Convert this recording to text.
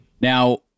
Now